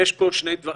יש פה שני דברים.